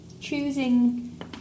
choosing